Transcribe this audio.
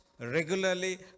regularly